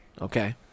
Okay